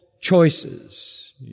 choices